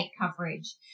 coverage